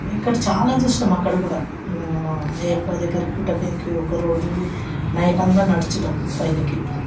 ఇక్కడ చాలా చూసినాం అక్కడ కూడా అయ్యప్ప దగ్గర గుట్ట మీదికి ఒకరోజు నైట్ అంతా నడిచినాం పైనకి